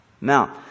Now